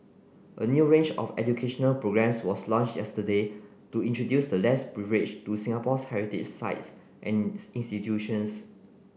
a new range of educational programmes was launched yesterday to introduce the less privileged to Singapore's heritage sites and institutions